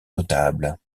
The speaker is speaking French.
notables